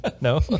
No